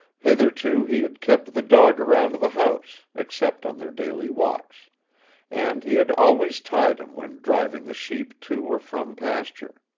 hitherto he had kept the dog around the house, except on their daily walks and he had always tied him when driving the sheep to or from pasture.